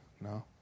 No